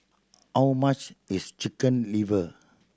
how much is Chicken Liver